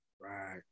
Right